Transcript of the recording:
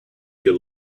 good